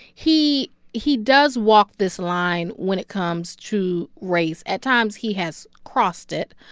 he he does walk this line when it comes to race. at times, he has crossed it.